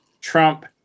Trump